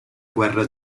guerra